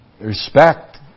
respect